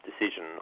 decision